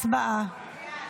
הצבעה.